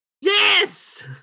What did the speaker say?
Yes